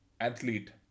athlete